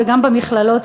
וגם במכללות,